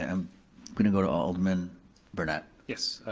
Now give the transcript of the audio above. um gonna go to alderman brunette. yes,